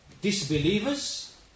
disbelievers